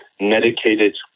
medicated